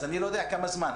אז אני לא יודע כמה זמן.